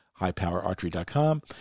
highpowerarchery.com